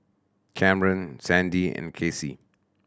Kamren Sandie and Casey